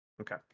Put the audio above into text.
okay